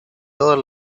todos